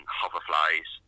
hoverflies